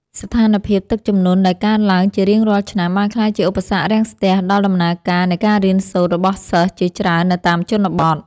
ស្ថានភាពទឹកជំនន់ដែលកើនឡើងជារៀងរាល់ឆ្នាំ បានក្លាយជាឧបសគ្គរាំងស្ទះដល់ដំណើរការនៃការរៀនសូត្ររបស់សិស្សជាច្រើននៅតាមជនបទ។